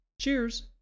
cheers